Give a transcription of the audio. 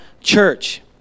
church